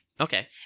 Okay